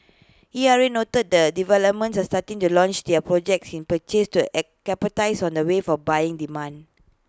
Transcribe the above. E R A noted that developments are starting to launch their projects in purchase to capitalise on the wave of buying demand